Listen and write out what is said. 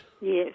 Yes